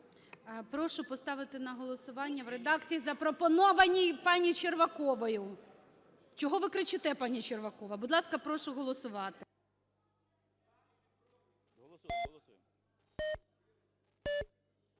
Прошу поставити на голосування в редакції, запропонованій паніЧерваковою. Чого ви кричите, пані Червакова? Будь ласка, прошу голосувати.